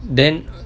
then